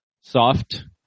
soft